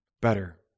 better